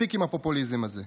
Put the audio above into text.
מספיק עם הפופוליזם הזה.